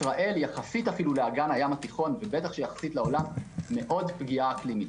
ישראל יחסית אפילו לאגן הים התיכון בטח יחסית לעולם מאוד פגיעה אקלימית.